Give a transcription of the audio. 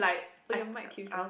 oh your mic keeps drop